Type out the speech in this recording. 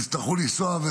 יצטרכו לנסוע.